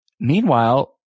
Meanwhile